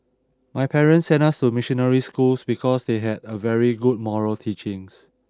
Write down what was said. my parents sent us to missionary schools because they had a very good moral teachings